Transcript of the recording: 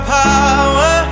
power